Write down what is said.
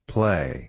Play